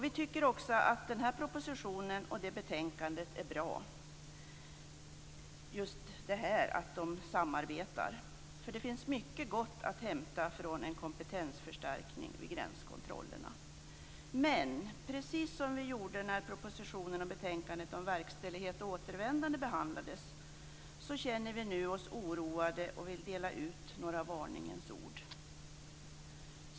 Vi tycker också att propositionen och betänkandet är bra just i det avseendet att de samarbetar. Det finns mycket gott att hämta från en kompetensförstärkning vid gränskontrollerna. Men precis som vi gjorde när propositionen och betänkandet om verkställighet och återvändande behandlades känner vi oss nu oroade och vill dela ut några varningens ord.